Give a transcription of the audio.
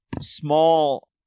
small